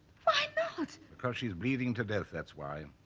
why not? cuz she's bleeding to death that's why